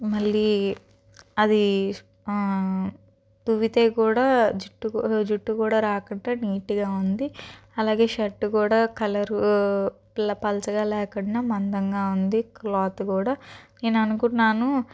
మళ్ళీ అది దువ్వితే కూడా జుట్టు కూడా జుట్టు కూడా రాకుంటే నీట్గా ఉంది అలాగే షర్టు కూడా కలరు ప పల్చగా లేకుండా మందంగా ఉంది క్లాత్ కూడా నేను అనుకున్నాను